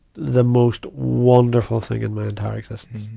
the most wonderful thing in my entire existence.